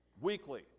weekly